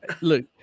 look